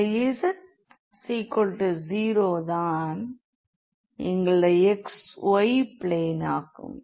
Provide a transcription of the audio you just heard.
இந்த z0 தான் இங்குள்ள xy பிளேன் ஆகும்